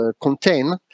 contain